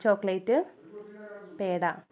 chocolate peda